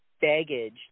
baggage